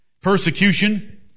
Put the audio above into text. persecution